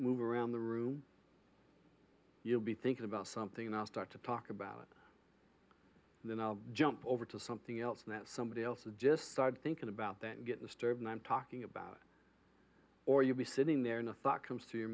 move around the room you'll be thinking about something and i'll start to talk about it and then i'll jump over to something else and that somebody else will just start thinking about that and get the stirred i'm talking about or you'll be sitting there in a thought comes to your